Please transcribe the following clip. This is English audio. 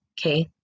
okay